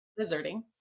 Lizarding